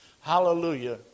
Hallelujah